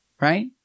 Right